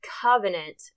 covenant